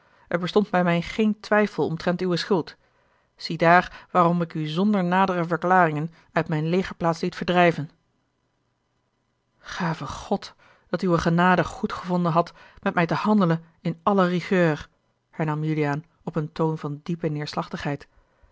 er bestond bij mij geen twijfel omtrent uwe schuld ziedaar waarom ik u zonder nadere verklaringen uit mijne legerplaats liet verdrijven gave god dat uwe genade goedgevonden hadt met mij te handelen in alle rigueur hernam juliaan op een toon van diepe neêrslachtigheid